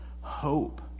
hope